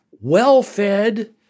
well-fed